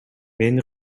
мени